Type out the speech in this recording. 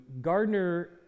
Gardner